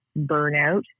burnout